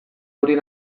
horien